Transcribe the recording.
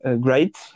great